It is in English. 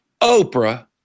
Oprah